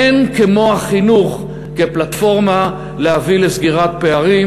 אין כמו החינוך כפלטפורמה להביא לסגירת פערים,